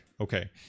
Okay